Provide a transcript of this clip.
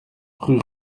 rue